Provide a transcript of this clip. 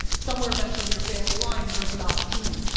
somewhere eventually in your family line there's an opportunity.